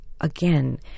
again